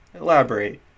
elaborate